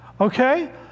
Okay